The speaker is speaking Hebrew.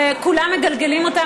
וכולם מגלגלים אותן.